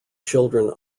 children